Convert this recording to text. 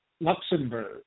Luxembourg